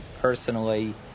personally